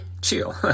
chill